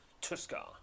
Tuscar